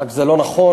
רק שזה לא נכון,